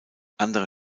andere